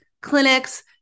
clinics